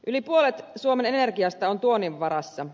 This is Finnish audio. yli puolet suomen energiasta on tuonnin varassa